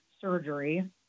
surgery